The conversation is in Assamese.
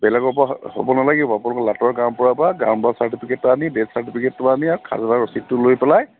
বেলেগৰপৰা হ'ব নালাগিব আপোনালোকৰ লাটৰ গাঁওবুঢ়াৰপৰা গাঁওবুঢ়া চাৰ্টিফিকেটটো আনি ডেথ চাৰ্টিফিকেটটো আনি আৰু খাজাৰা ৰচিডটো লৈ পেলাই